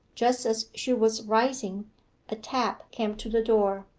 just as she was rising a tap came to the door.